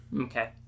Okay